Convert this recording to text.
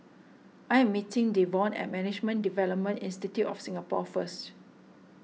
I am meeting Devon at Management Development Institute of Singapore first